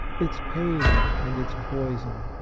its pain and its poison,